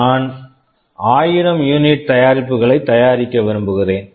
நான் 1000 unit unit தயாரிப்புகளை தயாரிக்க விரும்புகிறேன்